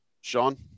Sean